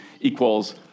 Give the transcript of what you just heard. equals